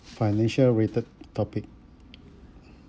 financial related topic